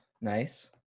Nice